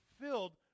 filled